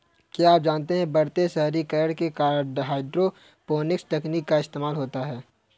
क्या आप जानते है बढ़ते शहरीकरण के कारण हाइड्रोपोनिक्स तकनीक का इस्तेमाल होता है?